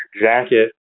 jacket